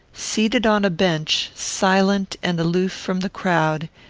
seated on a bench, silent and aloof from the crowd,